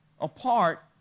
apart